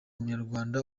munyarwanda